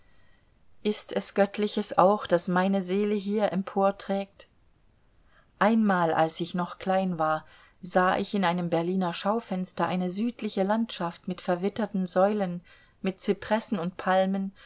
ist es göttliches auch das meine seele hier emporträgt einmal als ich noch klein war sah ich in einem berliner schaufenster eine südliche landschaft mit verwitterten säulen mit zypressen und palmen